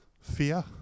fear